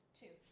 two